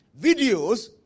videos